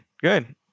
good